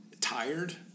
tired